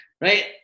right